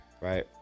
Right